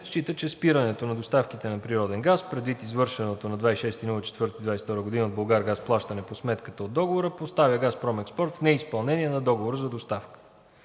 счита, че спирането на доставките на природен газ предвид извършеното на 26 април 2022 г. от „Булгаргаз“ плащане по сметката от Договора поставя ООО „Газпром Експорт“ в неизпълнение на Договора за доставка.